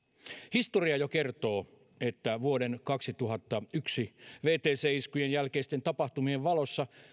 historia jo kertoo että vuoden kaksituhattayksi wtc iskujen jälkeisten tapahtumien valossa